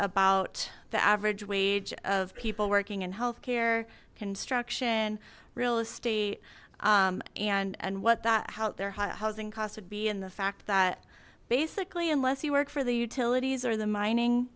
about the average wage of people working in healthcare construction real estate and and what that out there housing cost would be and the fact that basically unless you work for the utilities or the mining